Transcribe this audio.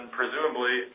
presumably